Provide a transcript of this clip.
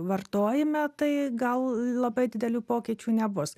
vartojime tai gal labai didelių pokyčių nebus